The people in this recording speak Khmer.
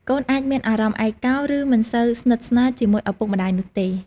កូនអាចមានអារម្មណ៍ឯកោឬមិនសូវស្និទ្ធស្នាលជាមួយឪពុកម្ដាយនោះទេ។